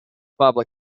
public